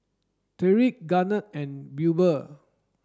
Tyreek Garnett and Wilber